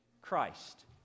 Christ